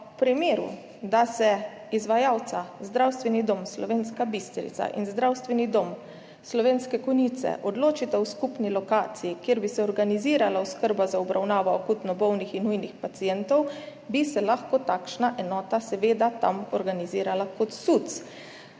v primeru, da se izvajalca Zdravstveni dom Slovenska Bistrica in Zdravstveni dom Slovenske Konjice odločita o skupni lokaciji, kjer bi se organizirala oskrba za obravnavo akutno bolnih in nujnih pacientov, bi se lahko takšna enota seveda tam organizirala kot SUC.